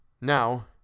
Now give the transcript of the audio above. Now